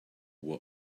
were